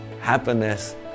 Happiness